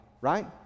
right